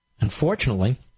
Unfortunately